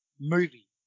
movie